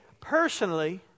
personally